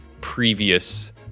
previous